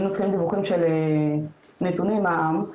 כשהיינו צריכים דיווחים של נתוני מע"מ,